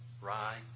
rye